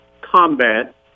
combat